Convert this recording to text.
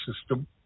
system